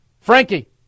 Frankie